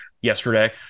yesterday